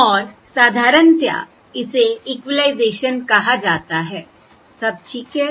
और साधारणतया इसे इक्विलाइजेशन कहा जाता है सब ठीक है